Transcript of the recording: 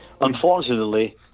Unfortunately